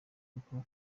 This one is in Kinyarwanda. kuko